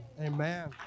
Amen